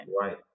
Right